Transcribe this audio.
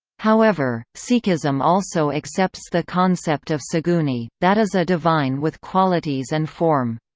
however, sikhism also accepts the concept of saguni, that is a divine with qualities and form.